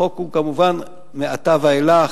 החוק הוא כמובן מעתה ואילך,